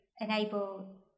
enable